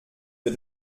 für